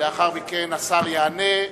ולאחר מכן השר יענה.